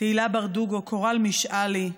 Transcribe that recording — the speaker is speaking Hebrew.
תהילה ברדוגו, קורל משעלי,